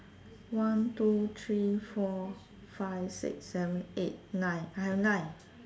one two three four five six seven eight nine I have nine